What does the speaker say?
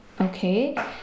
okay